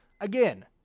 Again